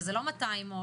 וזה לא 200 שקלים,